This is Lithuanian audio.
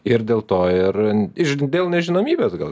ir dėl to ir dėl nežinomybės gal